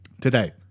Today